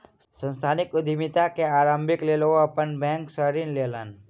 सांस्थानिक उद्यमिता के आरम्भक लेल ओ बैंक सॅ ऋण लेलैन